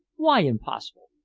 why impossible?